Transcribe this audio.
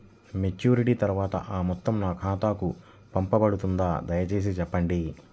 Maturity తర్వాత ఆ మొత్తం నా ఖాతాకు పంపబడుతుందా? దయచేసి చెప్పండి?